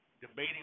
debating